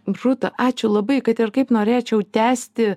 rūta ačiū labai kad ir kaip norėčiau tęsti